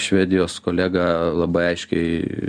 švedijos kolega labai aiškiai